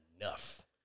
enough